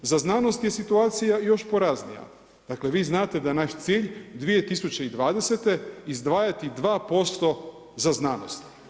Za znanost je situacija još poraznija, dakle, vi znate da naš cilj 2020. izdvajati 2% za znanost.